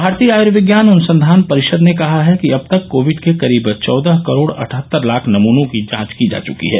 भारतीय आय्र्विज्ञान अनुसंधान परिषद ने कहा है कि अब तक कोविड के करीब चौदह करोड अठहत्तर लाख नमनों की जांच की जा चुकी है